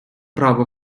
право